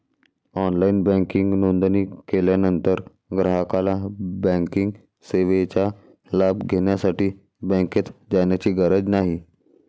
online banking नोंदणी केल्यानंतर ग्राहकाला बँकिंग सेवेचा लाभ घेण्यासाठी बँकेत जाण्याची गरज नाही